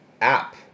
app